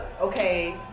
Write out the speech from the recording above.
okay